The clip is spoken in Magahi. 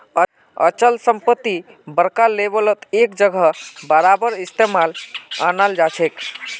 अचल संपत्ति बड़का लेवलत एक जगह बारबार इस्तेमालत अनाल जाछेक